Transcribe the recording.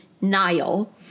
Nile